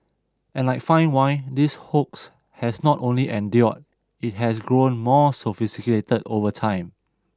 and like fine wine this hoax has not only endured it has grown more sophisticated over time